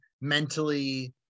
mentally